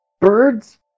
Birds